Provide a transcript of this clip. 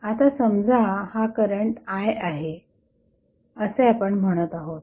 आता समजा हा करंट I आहे असे आपण म्हणत आहोत